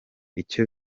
icyo